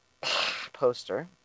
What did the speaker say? poster